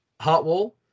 Heartwall